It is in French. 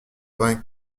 vingt